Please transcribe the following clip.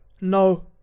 No